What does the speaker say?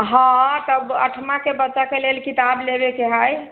हँ तब आठमाके बच्चाके लेल किताब लेबेके हइ